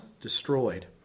destroyed